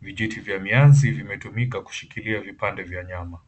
Vijiti vya mianzi vimetumika kushikilia vipande vya nyama.